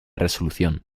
resolución